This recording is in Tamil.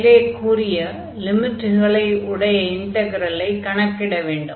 மேலே கூறிய லிமிட்களை உடைய இன்டக்ரலை கணக்கிட வேண்டும்